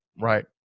right